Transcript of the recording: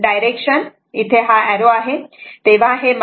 हे डायरेक्शन हा एरो इथे आहे